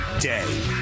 day